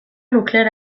nuklear